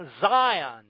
Zion